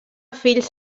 fills